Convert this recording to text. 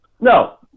No